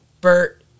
Bert